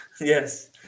Yes